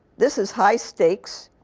this is high stakes,